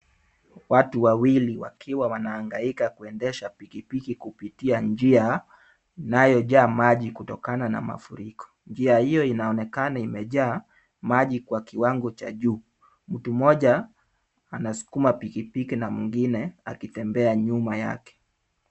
Watu wawili wakiwa wanahangaika kuendesha pikipiki kupitia njia inayojaa maji kutokana na mafuriko. Njia hiyo inaonekana imejaa maji kwa kiwango cha juu. Mtu mmoja anasukuma pikipiki na mwingine anatembea nyuma yake.